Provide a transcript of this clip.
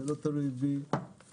זה לא תלוי בי,